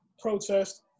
protest